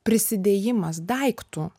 prisidėjimas daiktu